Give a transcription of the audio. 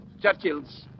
Churchill's